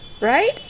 Right